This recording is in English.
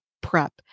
prep